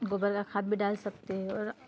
गोबर का खाद भी डाल सकते हैं और